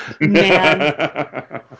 Man